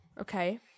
Okay